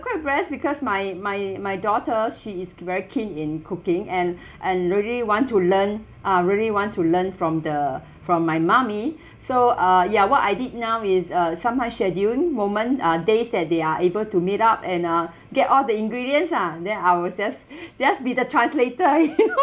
quite impressed because my my my daughter she is very keen in cooking and and really want to learn ah really want to learn from the from my mummy so uh ya what I did now is uh sometime schedule moment uh days that they are able to meet up and uh get all the ingredients lah then I was just just be the translator yeah